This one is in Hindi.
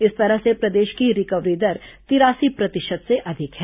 इस तरह से प्रदेश की रिकवरी दर तिरासी प्रतिशत से अधिक है